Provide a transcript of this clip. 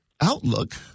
outlook